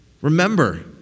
Remember